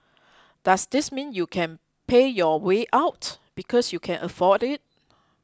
does this mean you can pay your way out because you can afford it